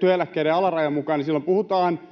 työeläkkeiden alarajan mukaan, niin silloin 101